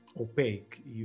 opaque